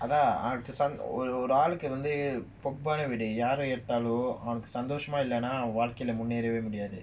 அதான்அவன்ஒருஆளுக்குவந்துயாரைஎடுத்தாலும்அவன்சந்தோசமாஇல்லனாஅவன்வாழ்க்கைலமுன்னேறவேமுடியாது:adhan avan oru aaluku vandhu yara eduthalum avan sandhosama illana avan valkaila munnerave mudiathu